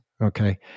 okay